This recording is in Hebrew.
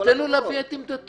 עזוב, תן לו להביע את עמדתו.